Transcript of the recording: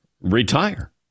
retire